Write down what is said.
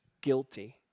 Guilty